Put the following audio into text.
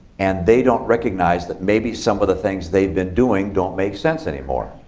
and they don't recognize that maybe some of the things they've been doing don't make sense anymore.